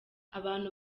abantu